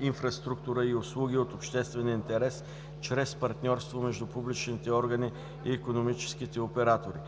инфраструктура и услуги от обществен интерес чрез партньорство между публичните органи и икономическите оператори;